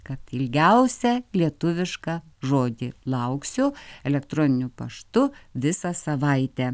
kad ilgiausią lietuvišką žodį lauksiu elektroniniu paštu visą savaitę